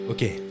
Okay